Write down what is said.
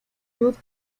youth